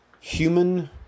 human